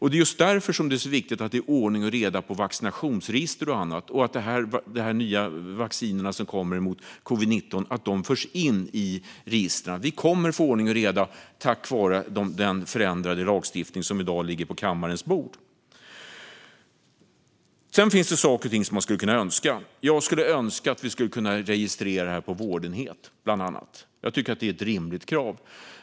Det är just därför det är så viktigt att det är ordning och reda i vaccinationsregister och annat och att de nya vaccinerna som kommer mot covid19 förs in i registren. Vi kommer att få ordning och reda tack vare den förändrade lagstiftning som i dag ligger på kammarens bord. Sedan finns det saker och ting som man skulle kunna önska. Jag skulle önska att vi kunde ha en registrering av vårdenhet. Jag tycker att det är ett rimligt krav.